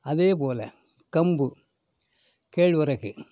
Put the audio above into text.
அதே போல கம்பு கேழ்வரகு